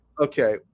Okay